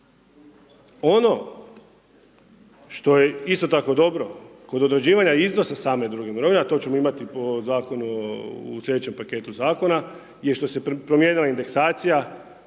Ono što je isto tako dobro, kod određivanja iznos same druge mirovine, a to ćemo imati po zakonu, u sljedećem paketu zakona, je što se promijenila indeksacija